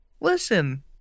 Listen